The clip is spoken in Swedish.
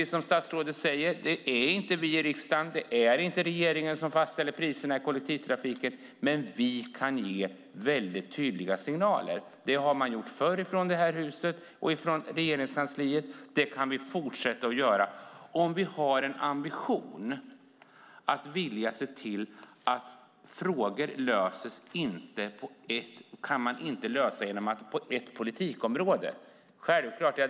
Som statsrådet säger är det inte vi i riksdagen och regeringen som fastställer priserna i kollektivtrafiken, men vi kan ge tydliga signaler. Det har man gjort förr från det här huset och från Regeringskansliet. Det kan vi fortsätta att göra om vi har en ambition att se till att man inte löser en fråga bara inom ett politikområde.